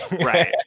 right